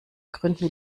gründen